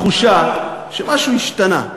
יש לי תחושה שמשהו השתנה.